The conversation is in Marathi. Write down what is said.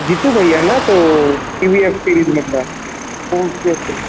जीतू भैया ना तो टी व्ही एफ सिरीजमधला ओके ओके